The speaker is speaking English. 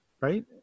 Right